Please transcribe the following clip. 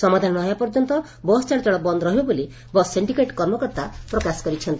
ସମାଧାନ ନହେବା ପର୍ଯ୍ୟନ୍ତ ବସ୍ ଚଳାଚଳ ବନ୍ଦ ରହିବ ବୋଲି ବସ୍ ସିଶ୍ଡିକେଟ୍ କର୍ମକର୍ତ୍ତା ପ୍ରକାଶ କରିଛନ୍ତି